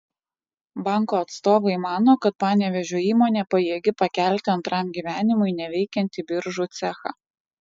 banko atstovai mano kad panevėžio įmonė pajėgi pakelti antram gyvenimui neveikiantį biržų cechą